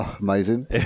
Amazing